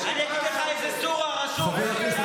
אתה דיברת, אני אגיד לך איזה סורה, חבר הכנסת